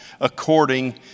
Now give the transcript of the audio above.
according